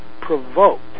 provoked